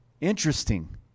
Interesting